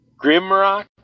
Grimrock